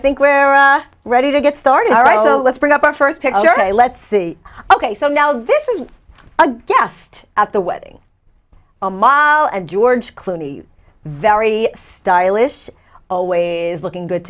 think where ready to get started all right so let's bring up our first picture i let's see ok so now this is a guest at the wedding a mile and george clooney very stylish always looking good